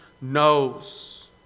knows